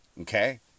Okay